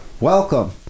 welcome